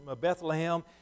Bethlehem